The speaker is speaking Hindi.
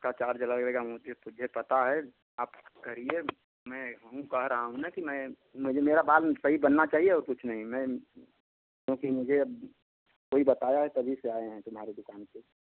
हाँ तो उसका चार्ज अलग रहेगा मुझे पता है आप करिए मैं कह रहा हूँ ना कि मैं मेरा बाल सही बनना चाहिए और कुछ नहीं मैं क्योंकि मुझे वही बताया है तभी से आए है तुम्हारी पर